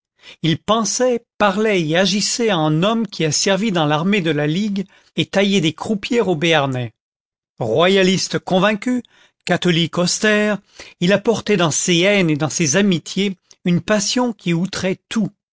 il pensait parlait et agissait en homme qui a servi dans l'armée de la ligue et taillé des croupières au béarnais royaliste convaincu catholique austère il apportait dans ses haines et dans ses amitiés une passion qui outrait tout